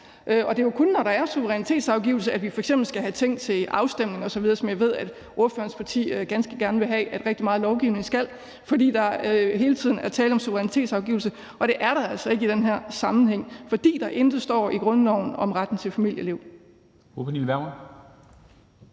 Og det er jo kun, når der er suverænitetsafgivelse, vi f.eks. skal have ting til afstemning osv., hvilket jeg ved ordførerens parti ganske gerne vil have rigtig meget lovgivning skal, fordi der hele tiden er tale om suverænitetsafgivelse, men det er der altså ikke i den her sammenhæng, fordi der intet står i grundloven om retten til familieliv.